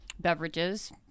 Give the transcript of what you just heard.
beverages